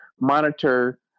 monitor